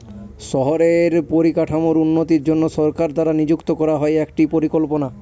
শহরের পরিকাঠামোর উন্নতির জন্য সরকার দ্বারা নিযুক্ত করা হয় একটি পরিকল্পনা